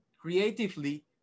creatively